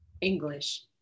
English